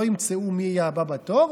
לא ימצאו מי יהיה הבא בתור,